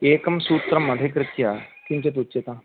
एकं सूत्रम् अधिकृत्य किञ्चित् उच्यताम्